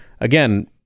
again